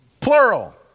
Plural